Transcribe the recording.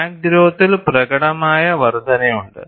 crack ഗ്രോത്തിൽ പ്രകടമായ വർധനയുണ്ട്